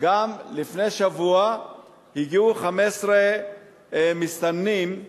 לפני שבוע הגיעו גם 15 מסתננים מסין.